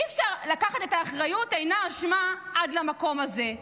אי-אפשר לקחת את "האחריות אינה אשמה" עד למקום הזה.